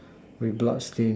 with blood stain